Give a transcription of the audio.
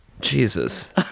jesus